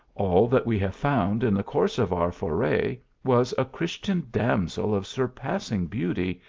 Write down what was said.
all that we have found in the course of our foray was a christian damsel of sur passing beauty,